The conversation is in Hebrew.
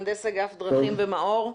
מהנדס אגף דרכים ומאור.